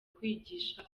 kwigisha